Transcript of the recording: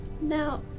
Now